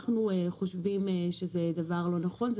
אנחנו חושבים שזה דבר לא נכון.